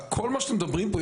כל מה שאתם מדברים פה,